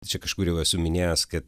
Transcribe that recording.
čia kažkur jau esu minėjęs kad